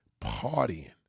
partying